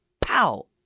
pow